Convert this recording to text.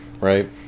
right